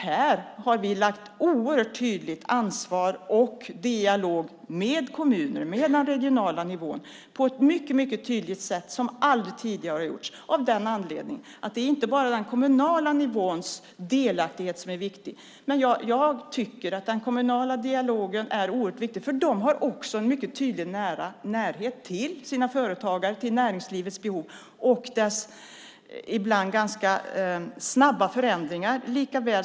Vi har lagt ett tydligt ansvar på kommunerna, i dialog med kommunerna, och på regional nivå på ett sätt som aldrig tidigare har gjorts. Det är inte bara den kommunala nivåns delaktighet som är viktig. Jag tycker att den kommunala dialogen är oerhört viktig. De har en tydlig närhet till sina företagare och till näringslivets behov och de ibland snabba förändringarna.